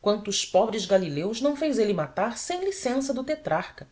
quantos pobres galileus não fez ele matar sem licença do tetrarca